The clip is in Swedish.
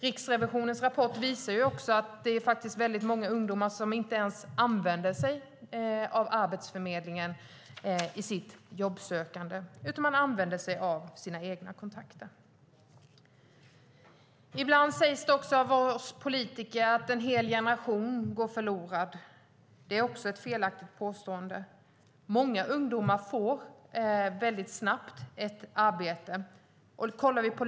Riksrevisionens rapport visar också att det är väldigt många ungdomar som inte ens använder sig av Arbetsförmedlingen i sitt jobbsökande, utan de använder sig av sina egna kontakter. Ibland sägs det också av oss politiker att en hel generation går förlorad. Det är också ett felaktigt påstående. Många ungdomar får snabbt ett arbete.